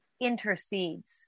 intercedes